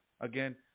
again